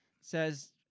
Says